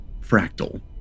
Fractal